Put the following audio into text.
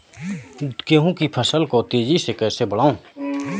गेहूँ की फसल को तेजी से कैसे बढ़ाऊँ?